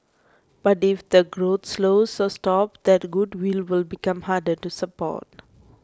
but if the growth slows or stops that goodwill will become harder to support